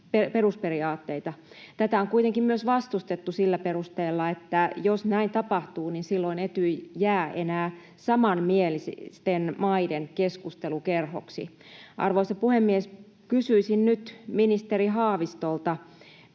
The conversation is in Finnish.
Tätä on kuitenkin myös vastustettu sillä perusteella, että jos näin tapahtuu, silloin Etyj jää enää samanmielisten maiden keskustelukerhoksi. Arvoisa puhemies! Kysyisin nyt ministeri Haavistolta: